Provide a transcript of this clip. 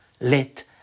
let